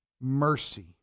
mercy